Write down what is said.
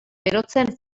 berotzen